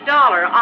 Dollar